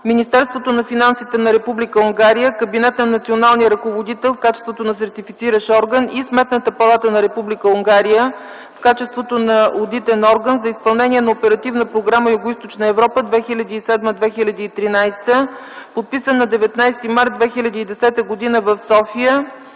Министерството на финансите на Република Унгария – Кабинета на Националния ръководител в качеството на Сертифициращ орган, и Сметната палата на Република Унгария в качеството на Одитен орган за изпълнението на Оперативна програма „Югоизточна Европа” 2007-2013 г., подписан на 19 март 2010 г. в София,